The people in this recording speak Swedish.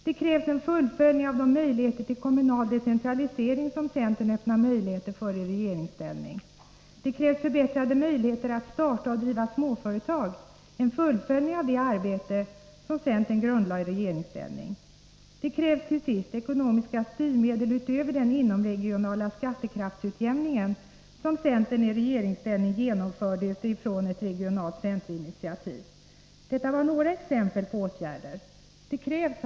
Det krävs ett fullföljande av de möjligheter till kommunal decentralisering som centern i regeringsställning öppnade. Det krävs förbättrade möjligheter att starta och driva småföretag, dvs. ett fullföljande av det arbete som centern grundlade i regeringsställning. Det krävs vidare ekonomiska styrmedel utöver den inomregionala skattekraftsutjämningen, som centern i regeringsställning genomförde utifrån ett regionalt centerinitiativ. Detta var några exempel på åtgärder. Herr talman!